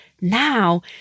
now